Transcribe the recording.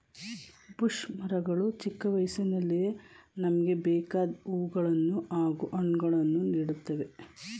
bush ಮರಗಳು ಚಿಕ್ಕ ವಯಸ್ಸಿನಲ್ಲಿಯೇ ನಮ್ಗೆ ಬೇಕಾದ್ ಹೂವುಗಳನ್ನು ಹಾಗೂ ಹಣ್ಣುಗಳನ್ನು ನೀಡ್ತವೆ